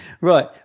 Right